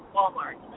Walmart